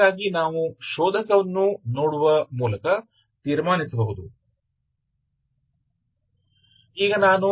वह डोमेन कहाँ है